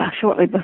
shortly